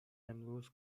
امروز